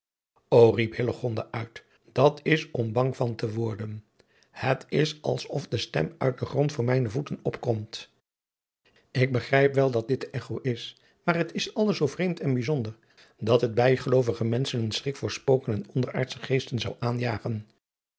ô riep hillegonda uit dat is om bang van te worden het is als of de stem uit den grond voor mijne voeten opkomt ik begrijp wel dat dit de echo is maar het is alles zoo vreemd en bijzonder dat het bijgeloovige men schen een schrik voor spoken en onderaardsche geesten zou aanjagen